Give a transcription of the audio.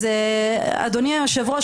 אדוני היושב-ראש,